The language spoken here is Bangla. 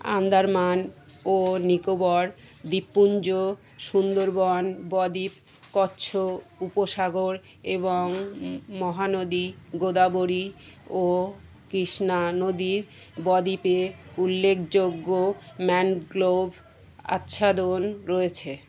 আন্দামান ও নিকোবর দ্বীপপুঞ্জ সুন্দরবন বদীপ কচ্ছ উপসাগর এবং মহানদী গোদাবরী ও কৃষ্ণা নদীর বদীপে উল্লেকযোগ্য ম্যানগ্রোভ আচ্ছাদন রয়েছে